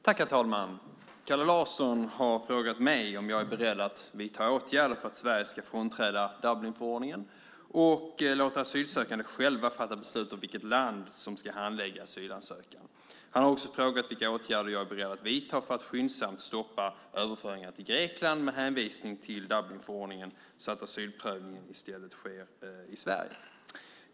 Herr talman! Kalle Larsson har frågat mig om jag är beredd att vidta åtgärder för att Sverige ska frånträda Dublinförordningen och låta asylsökande själva fatta beslut om vilket land som ska handlägga asylansökan. Han har också frågat vilka åtgärder jag är beredd att vidta för att skyndsamt stoppa överföringar till Grekland med hänvisning till Dublinförordningen, så att asylprövningen i stället sker i Sverige.